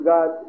God